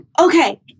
okay